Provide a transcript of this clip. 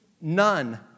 none